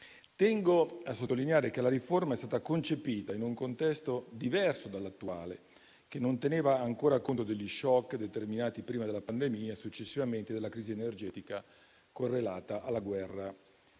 Tengo a sottolineare che la riforma è stata concepita in un contesto diverso dall'attuale, che non teneva ancora conto degli *shock* determinati prima dalla pandemia e successivamente dalla crisi energetica correlata alla guerra tra